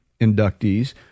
inductees